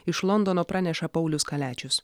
iš londono praneša paulius kaliačius